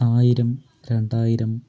ആയിരം രണ്ടായിരം